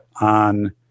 on